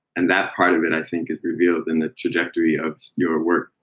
and that part of it, i think, is revealed in the trajectory of your work.